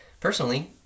Personally